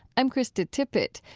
i'm krista tippett.